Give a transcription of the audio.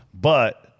but-